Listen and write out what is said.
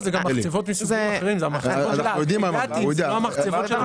זה גם מחצבות מסוגים אחרים, זה לא המחצבות שלנו.